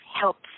helps